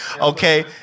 okay